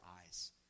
eyes